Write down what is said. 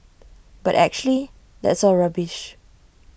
but actually that's all rubbish